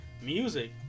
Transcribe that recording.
music